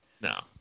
No